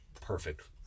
Perfect